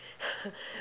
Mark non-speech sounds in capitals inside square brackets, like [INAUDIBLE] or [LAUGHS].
[LAUGHS]